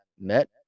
met